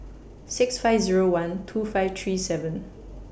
six five Zero one two five three seven